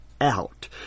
out